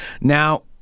Now